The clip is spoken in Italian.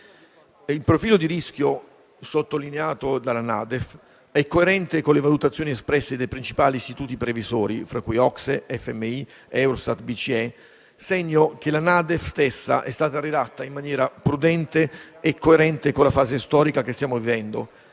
Il profilo di rischio sottolineato dalla NADEF è coerente con le valutazioni espresse dai principali istituti previsori, fra cui OCSE, FMI, Eurostat e BCE, segno che la stessa è stata redatta in maniera prudente e coerente con la fase storica che stiamo vivendo,